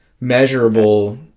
measurable